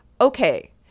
okay